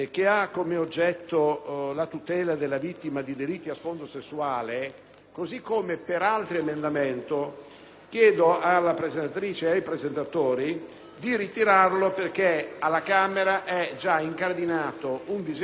così come per l'altro emendamento, chiedo ai presentatori di ritirarlo perché alla Camera è già incardinato un disegno di legge sul medesimo tema. Per quanto riguarda